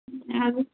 ଆଉ